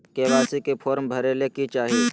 KYC form भरे ले कि चाही?